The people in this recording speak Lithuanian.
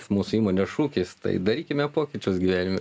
mūsų įmonės šūkis tai darykime pokyčius gyvenime